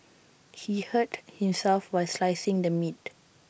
he hurt himself while slicing the meat